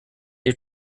your